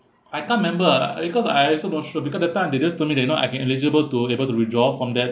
I can't remember because I also not sure because that time they just told me that you know I can eligible to able to withdraw from that